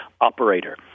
operator